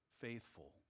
faithful